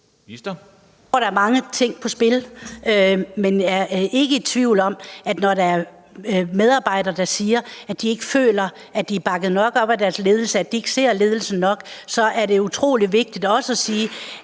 Jeg tror, der er mange ting på spil, men jeg er ikke i tvivl om, at når der er medarbejdere, der siger, at de ikke føler, at de er bakket nok op af deres ledelse – at de ikke ser ledelsen nok – så er det utrolig vigtigt også at sige,